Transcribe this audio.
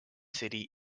city